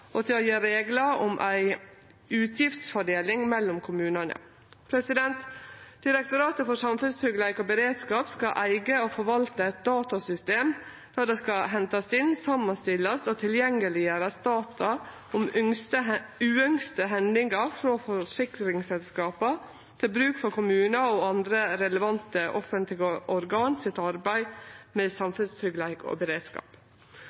og til å gje reglar om ei utgiftsfordeling mellom kommunane. Direktoratet for samfunnstryggleik og beredskap skal eige og forvalte eit datasystem når det skal hentast inn, stillast saman og tilgjengeleggjerast data om uønskte hendingar frå forsikringsselskap til bruk for kommunar og andre relevante offentlege organ i arbeidet dei gjer med samfunnstryggleik og beredskap.